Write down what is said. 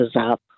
up